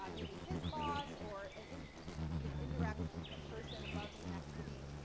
um maybe his boss or an and you know indirect ah person above me, next to me,